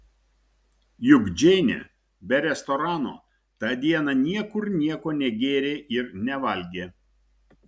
juk džeinė be restorano tą dieną niekur nieko negėrė ir nevalgė